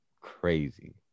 Crazy